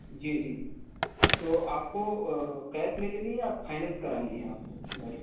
जी जी तो आपको केश मे लेनी है या फाइनेंस करानी है आपको गाड़ी